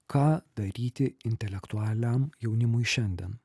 ką daryti intelektualiam jaunimui šiandien